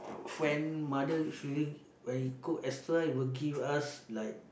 friend mother usually when she cook extra she would give us like